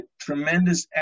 tremendous